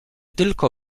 tylko